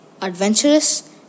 adventurous